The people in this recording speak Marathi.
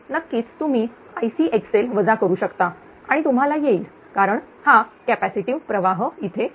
नक्कीच तुम्ही Icxlवजा करू शकता आणि तुम्हाला येईल कारण हा कॅपॅसिटीव प्रवाह इथे आहे